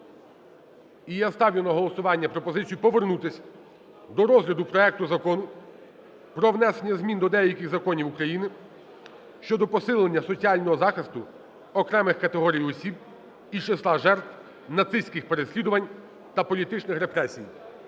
і я ставлю на голосування пропозицію повернутися до розгляду проекту Закону про внесення змін до деяких законів України щодо посилення соціального захисту окремих категорій осіб із числа жертв нацистських переслідувань та політичних репресій